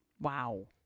Wow